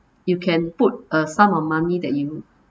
you can put a sum of money that you